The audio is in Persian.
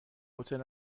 هتل